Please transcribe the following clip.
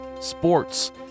sports